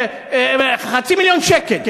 חצי מיליון שקל.